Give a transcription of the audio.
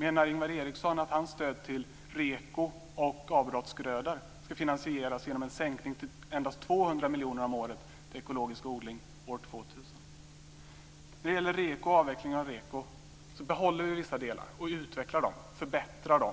Menar Ingvar Eriksson att hans stöd till REKO och avbrottsgröda ska finansieras genom en sänkning till endast 200 miljoner om året till ekologisk odling år 2000? När det gäller avvecklingen av REKO vill jag säga att vi behåller vissa delar. Vi utvecklar dem och förbättrar dem.